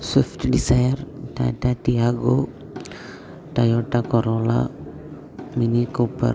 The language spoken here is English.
swift Dzire Tata Tiago Toyota Corolla mini cooper